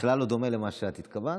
בכלל לא דומה למה שאת התכוונת,